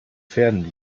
pferden